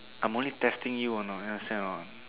I'm only testing you or not understand or not